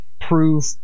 prove